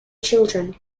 children